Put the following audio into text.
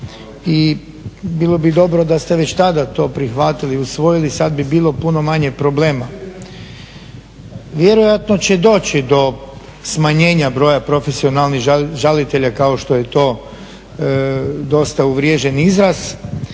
i bilo bi dobro da ste već tada to prihvatili, usvojili, sad bi bilo puno manje problema. Vjerojatno će doći do smanjenja broja profesionalnih žalitelja kao što je to dosta … izraz,